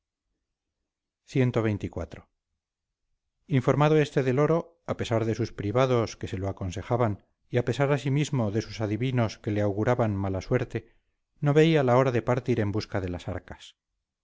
cxxiv informado este del oro a pesar de sus privados que se lo aconsejaban y a pesar asimismo de sus adivinos que le auguraban mala suerte no veía la hora de partir en busca de las arcas